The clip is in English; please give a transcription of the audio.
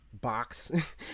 box